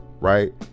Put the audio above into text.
Right